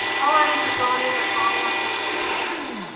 all atoms are drawn in but bond lines are generally omitted.